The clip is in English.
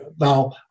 Now